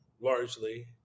largely